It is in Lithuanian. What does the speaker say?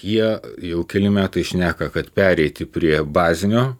jie jau keli metai šneka kad pereiti prie bazinio